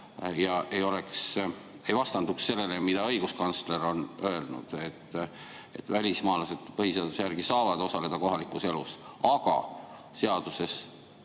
kooskõlas ega vastanduks sellele, mida õiguskantsler on öelnud. Välismaalased põhiseaduse järgi saavad osaleda kohalikus elus, aga nad